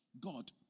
God